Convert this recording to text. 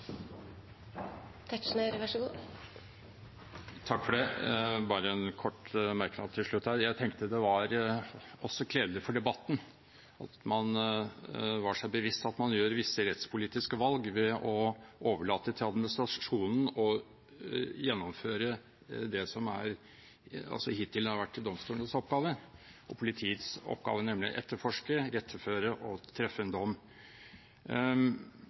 Bare en kort merknad til slutt. Jeg tenkte det også var kledelig for debatten at man var seg bevisst at man gjør visse rettspolitiske valg ved å overlate til administrasjonen å gjennomføre det som hittil har vært domstolenes oppgave og politiets oppgave, nemlig å etterforske, iretteføre og